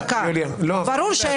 יוליה, תודה.